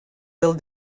del